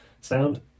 Sound